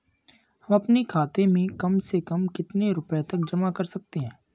हम अपने खाते में कम से कम कितने रुपये तक जमा कर सकते हैं?